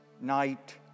night